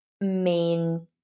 main